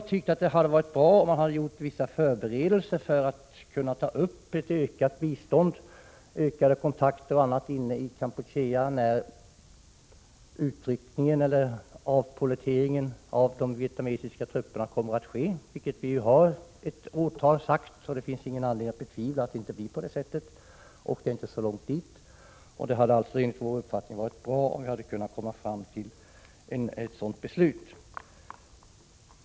Vi tycker att det vore bra om man gjorde vissa förberedelser, tog ökade kontakter inne i Kampuchea, för att kunna ge ökat bistånd när de vietnamesiska truppernas tillbakadragande — eller avpollettering — kommer att ske. Ett årtal för detta tillbakadragande har ju angivits, och det finns ingen anledning att betvivla att det blir på det sättet. Det är inte så långt dit, och det hade alltså enligt vår uppfattning varit bra om vi hade kunnat fatta ett beslut om förberedelser.